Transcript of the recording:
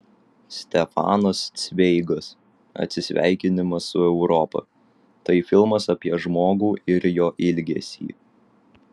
stefanas cveigas atsisveikinimas su europa tai filmas apie žmogų ir jo ilgesį